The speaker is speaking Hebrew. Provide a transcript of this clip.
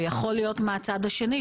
ויכול להיות מהצד השני,